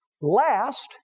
Last